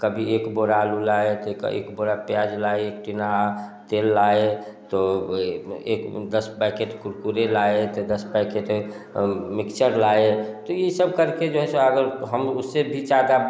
कभी एक बोरा आलू आए तो एक बोरा प्याज लाए एक टिंगा तेल लाए तो में एक दस पैकेट कुरकुरे लाए तो दस पैकेट मिक्सचर लाए तो ये सब करके जो है अगर हम उससे भी ज़्यादा